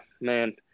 man